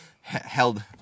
Held